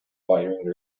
wiring